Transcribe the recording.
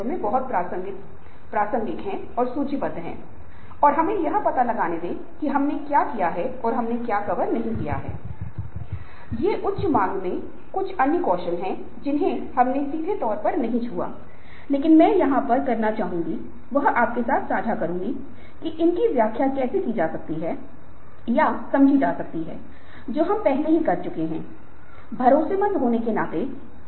एक बार जब आप इस ताकत और खुद की कमजोरी को सूचीबद्ध करते हैं और सूक्ष्म वातावरण में उपलब्ध अवसरों और सूक्ष्म वातावरण में आपके सामने आने वाले खतरों को देखते हैं तो आप खतरों को पार करने के क्रम में समायोजन का मतलब है कि ओवरराइड कर सकते हैं शोध के अपने करियर के दौरान आपको क्या करना है आपको अपना लेखन कौशल विकसित करने के साथ साथ स्पष्ट करने की शक्ति भी विकसित करनी होगी ताकि आप और अधिक शोधपत्र प्रकाशित कर सकें और इसे उद्योग में या एक अच्छे शिक्षण संस्थान से पहचाना जा सके जहाँ शोध मे आप अपना करियर बना सकते हैं